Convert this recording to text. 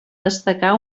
destacar